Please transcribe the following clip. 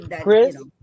Chris